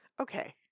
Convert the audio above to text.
Okay